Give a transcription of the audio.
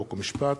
חוק ומשפט.